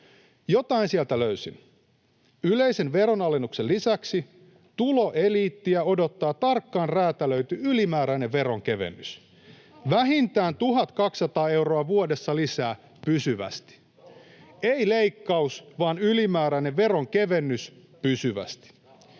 Jotain sieltä löysin: Yleisen veronalennuksen lisäksi tuloeliittiä odottaa tarkkaan räätälöity ylimääräinen veronkevennys, vähintään 1 200 euroa vuodessa lisää, pysyvästi — ei leikkaus vaan ylimääräinen veronkevennys, pysyvästi.